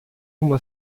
uma